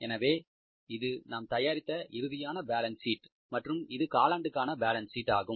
எனவே இது நாம் தயாரித்த இறுதியான பேலன்ஸ் ஷீட் மற்றும் இது காலாண்டுக்கான பேலன்ஸ் ஷீட் ஆகும்